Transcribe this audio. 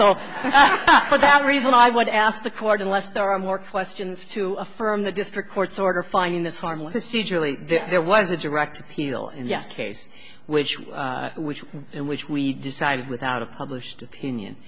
so for that reason i would ask the court unless there are more questions to affirm the district court's order finding this harmless usually there was a direct appeal and yes case which was which and which we decided without a published opinion